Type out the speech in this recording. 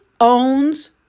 owns